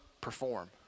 perform